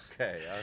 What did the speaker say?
Okay